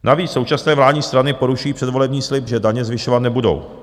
Navíc současné vládní strany porušují předvolební slib, že daně zvyšovat nebudou.